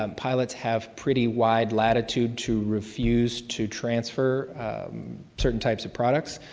um pilots have pretty wide latitude to refuse to transfer certain types of products,